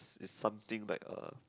it's something like a